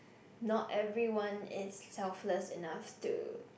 not everyone is selfless enough to